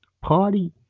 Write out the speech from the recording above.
party